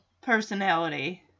personality